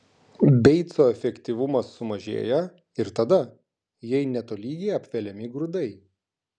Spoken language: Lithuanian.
beico efektyvumas sumažėja ir tada jei netolygiai apveliami grūdai